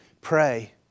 pray